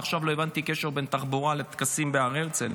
עד עכשיו לא הבנתי את הקשר בין תחבורה לטקסים בהר הרצל.